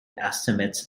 estimates